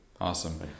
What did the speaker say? Awesome